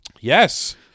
Yes